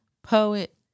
Poet